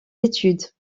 études